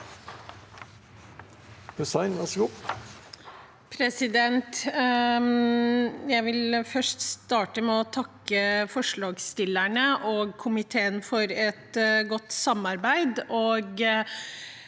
sa- ken): Jeg vil starte med å takke forslagsstillerne og komiteen for et godt samarbeid.